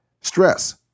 Stress